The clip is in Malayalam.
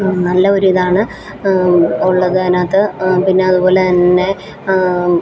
നല്ല ഒരു ഇതാണ് ഉള്ളത് അതിനകത്ത് പിന്നെ അതുപോലെ തന്നെ